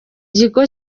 kigo